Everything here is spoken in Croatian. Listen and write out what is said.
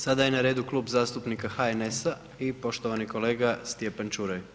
Sada je na redu Klub zastupnika HNS-a i poštovani kolega Stjepan Ćuraj.